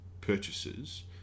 purchases